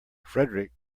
fedric